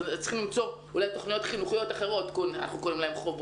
צריכים למצוא אולי תוכניות אחרות, חוברות,